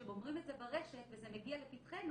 וכשהם אומרים את זה ברשת וזה מגיע לפתחינו,